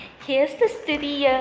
here's the studio.